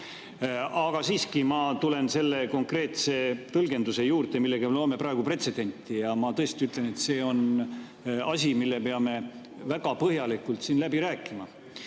Aga siiski ma tulen selle konkreetse tõlgenduse juurde, millega me loome praegu pretsedenti, ja ma tõesti ütlen, et see on asi, mille peame väga põhjalikult läbi rääkima.